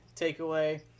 takeaway